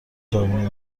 جوونای